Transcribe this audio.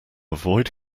avoid